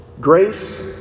Grace